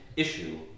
issue